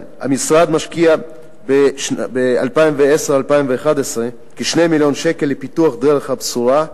המשרד משקיע ב-2010 2011 כ-2 מיליון שקל לפיתוח דרך-הבשורה,